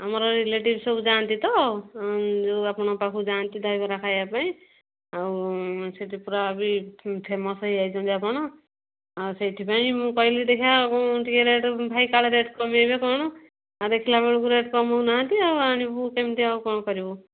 ଆମର ରିଲେଟିଭସ୍ ସବୁ ଯାଆନ୍ତି ତ ଯେଉଁ ଆପଣଙ୍କ ପାଖକୁ ଯାଆନ୍ତି ଦହିବରା ଖାଇଆପାଇଁ ଆଉ ସେଇଠି ପୁରା ବି ଫେମସ୍ ହେଇଯାଇଛନ୍ତି ଆପଣ ଆଉ ସେଇଥିପାଇଁ ମୁଁ କହିଲି ଦେଖିବା ଟିକିଏ ରେଟ୍ ଭାଇ କାଳେ ରେଟ୍ କମାଇବେ କ'ଣ ଆଉ ଦେଖିଲାବେଳକୁ ରେଟ୍ କମଉନାହାଁନ୍ତି ଆଉ ଆଣିବୁ କେମିତି ଆଉ କ'ଣ କରିବୁ